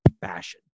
fashion